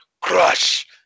crush